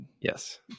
Yes